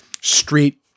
street